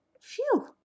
Phew